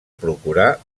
procurar